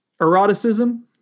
Eroticism